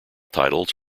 titles